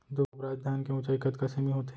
दुबराज धान के ऊँचाई कतका सेमी होथे?